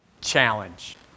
challenge